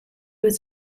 was